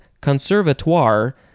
conservatoire